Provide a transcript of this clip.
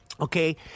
okay